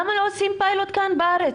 למה לא עושים פיילוט כאן בארץ?